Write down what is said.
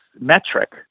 metric